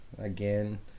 Again